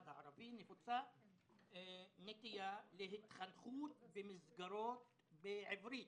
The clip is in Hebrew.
הערבי נפוצה נטייה להתחנכות במסגרות בעברית,